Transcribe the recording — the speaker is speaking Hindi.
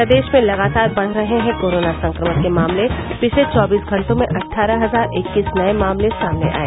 प्रदेश में लगातार बढ़ रहे हैं कोरोना संक्रमण के मामले पिछले चौबीस घंटों में अट्ठारह हजार इक्कीस नये मामले सामने आये